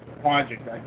project